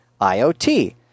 IoT